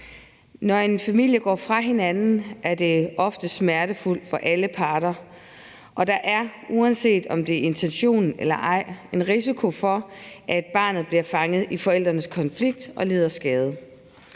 Når en familie går fra hinanden, er det ofte smertefuldt for alle parter, og der er, uanset om det er intentionen eller ej, en risiko for, at barnet bliver fanget i forældrenes konflikt og lider skade.